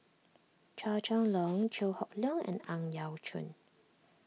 Chua Chong Long Chew Hock Leong and Ang Yau Choon